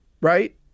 right